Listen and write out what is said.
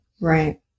Right